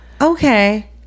okay